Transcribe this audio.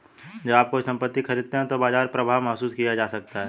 जब आप कोई संपत्ति खरीदते हैं तो बाजार प्रभाव महसूस किया जा सकता है